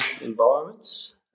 environments